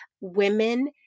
women